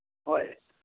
ꯍꯣꯏ